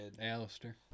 Alistair